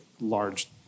large